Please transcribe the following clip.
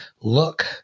look